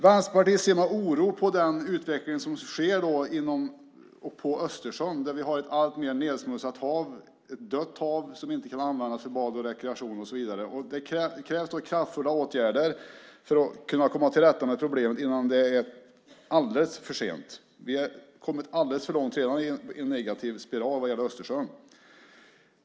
Vänsterpartiet ser med oro på den utveckling som sker inom och på Östersjön. Vi har ett alltmer nedsmutsat hav, ett dött hav, som inte kan användas för bad, rekreation och så vidare. Det krävs kraftfulla åtgärder för att komma till rätta med problemen innan det är alldeles för sent. Vi har redan kommit alldeles för långt i en negativ spiral när det gäller Östersjön.